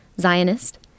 Zionist